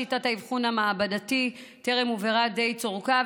שיטת האבחון המעבדתי טרם הובהרה די צורכה,